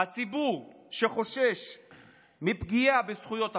הציבור שחושש מפגיעה בזכויות הפרט,